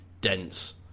dense